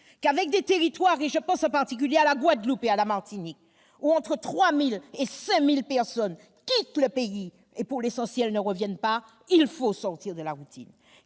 qu'avec des territoires, comme la Guadeloupe et la Martinique, où entre 3 000 et 5 000 personnes quittent le pays et, pour l'essentiel, n'y reviennent pas, il faut sortir de la routine